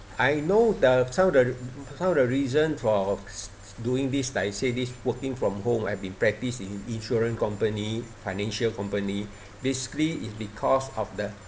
I know the some of the some of the reason for doing this like I say this working from home have been practice in insurance company financial company basically it because of the